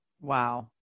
wow